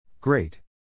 Great